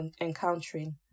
encountering